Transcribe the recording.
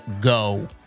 go